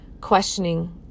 questioning